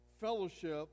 fellowship